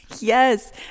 yes